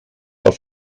auf